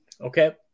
Okay